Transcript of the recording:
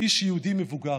איש יהודי מבוגר.